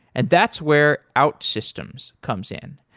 and that's where outsystems comes in.